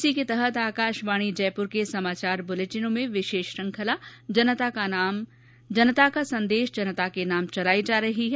इसी के तहत आकाशवाणी जयपुर के समाचार दुलेटिनों में विशेष श्रृंखला जनता का संदेश जनता के नाम चलाई जा रही है